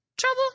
trouble